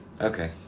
okay